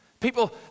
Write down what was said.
People